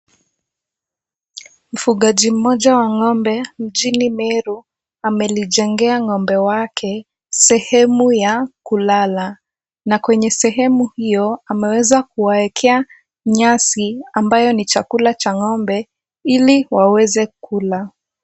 Mfugaji mmoja wa ng'ombe mjini Meru amelijengea ng'ombe wake sehemu ya kulala na kwenye sehemu hiyo ameweza kuwaekea nyasi ambayo ni chakula cha ng'ombe ili waweze kula.